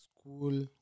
school